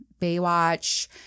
Baywatch